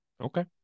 Okay